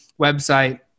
website